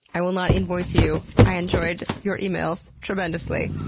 i will not invoice you. i enjoyed your emails tremendously!